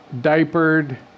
diapered